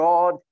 God